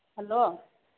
hello